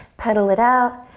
pedal it out.